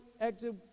active